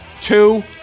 two